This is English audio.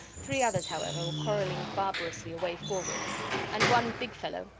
three others, however, were quarrelling barbarously away forward and one big fellow,